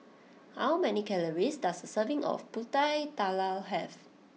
how many calories does a serving of Pulut Tatal have